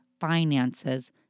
finances